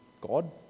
God